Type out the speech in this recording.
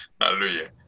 Hallelujah